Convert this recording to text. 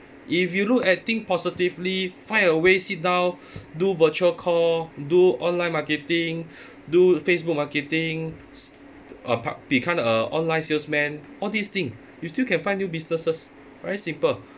if you look at thing positively find a way sit down do virtual call do online marketing do facebook marketing s~ uh pa~ become uh online sales man all these thing you still can find new businesses very simple